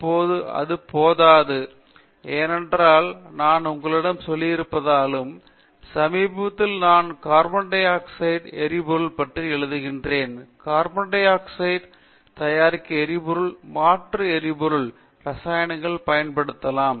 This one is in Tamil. இப்போது அது போதாது ஏனென்றால் நான் உங்களிடம் சொல்லியிருந்தாலும் சமீபத்தில் நான் கார்பன் டை ஆக்சைடு எரிபொருள் பற்றி எழுதுகிறேன் கார்பன் டை ஆக்சைடு தயாரிக்க எரிபொருள்கள் மற்றும் இரசாயனங்கள் பயன்படுத்தப்படலாம்